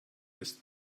ist